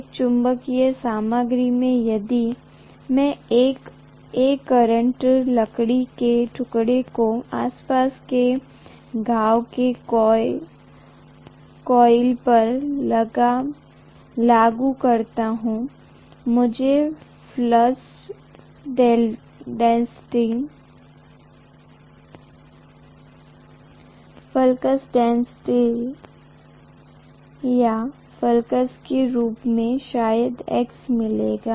एक चुंबकीय सामग्री मेंयदि में 1 A का करंट लकड़ी के टुकड़ों के आसपास के घाव के कोइल पर लागू करता हुं मुझे फ्लक्स डेन्सिटी या फ्लक्स के रूप में शायद X मिलेगा